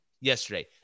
yesterday